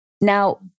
Now